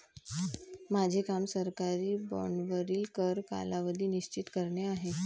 माझे काम सरकारी बाँडवरील कर कालावधी निश्चित करणे आहे